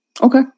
Okay